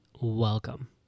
welcome